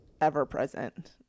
ever-present